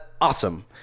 awesome